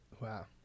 Wow